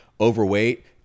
overweight